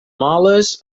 moles